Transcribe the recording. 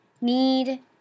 need